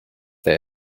they